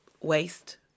waste